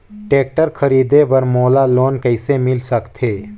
Tractor खरीदे बर मोला लोन कइसे मिल सकथे?